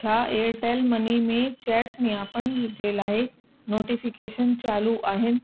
छा Airtel money में chat नियापनि जे लाइ नोटिफिकेशन चालू आहिनि